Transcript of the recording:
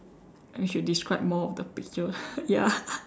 we should describe more of the picture ya